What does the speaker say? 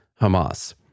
Hamas